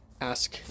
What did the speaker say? Ask